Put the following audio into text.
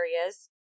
areas